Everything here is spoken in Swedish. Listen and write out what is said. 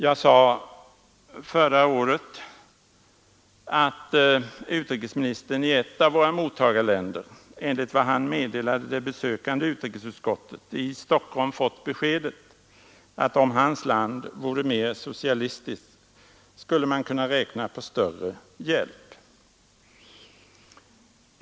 Jag sade förra året att utrikesministern i ett av våra mottagarländer, enligt vad han meddelade det besökande utrikesutskottet, i Stockholm hade fått beskedet att om hans land vore mera socialistiskt skulle det kunna räkna med att få större u-hjälp från Sverige.